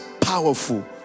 powerful